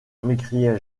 m’écriai